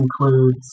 includes